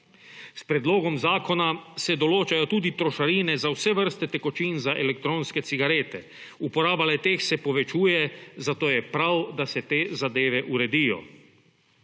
S predlogom zakona se določajo tudi trošarine za vse vrste tekočin za elektronske cigarete. Uporaba le teh se povečuje, zato je prav, da se te zadeve uredijo.